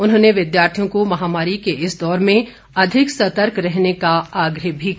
उन्होंने विद्यार्थियों को महामारी के इस दौर में अधिक सतर्क रहने का आग्रह भी किया